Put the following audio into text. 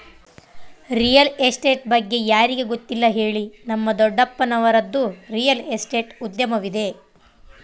real estate ಬಗ್ಗೆ ಯಾರಿಗೆ ಗೊತ್ತಿಲ್ಲ ಹೇಳಿ, ನಮ್ಮ ದೊಡ್ಡಪ್ಪನವರದ್ದು ರಿಯಲ್ ಎಸ್ಟೇಟ್ ಉದ್ಯಮವಿದೆ